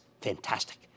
fantastic